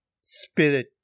spirit